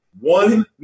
One